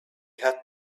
have